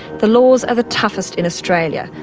the laws are the toughest in australia,